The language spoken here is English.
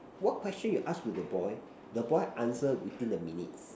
what question you ask to the boy the boy answer within a minute